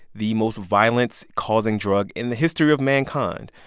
the most violence-causing drug in the history of mankind.